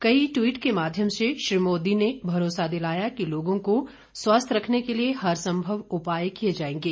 कई ट्वीट के माध्यम से श्री मोदी ने भरोसा दिलाया कि लोगों को स्वस्थ रखने के लिए हरसंभव उपाय किये जायेंगे